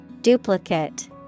Duplicate